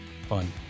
fun